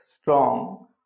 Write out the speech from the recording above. strong